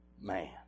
man